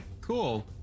cool